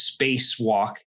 spacewalk